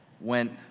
went